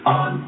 on